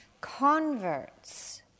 converts